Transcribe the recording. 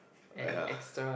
uh ya